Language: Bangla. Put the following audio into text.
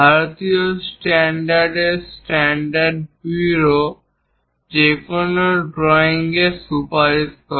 ভারতীয় স্ট্যান্ডার্ডের স্ট্যান্ডাড ব্যুরো যেকোনও ড্রয়িং এর সুপারিশ করে